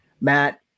Matt